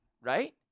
right